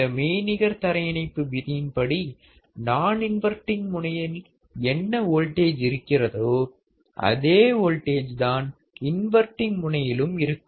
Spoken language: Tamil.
இந்த மெய்நிகர் தரையிணைப்பு விதியின்படி நான் இன்வர்டிங் முனையில் என்ன வோல்டேஜ் இருக்கிறதோ அதே வோல்டேஜ் தான் இன்வர்டிங் முனையிலும் இருக்கும்